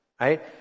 Right